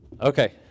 Okay